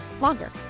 longer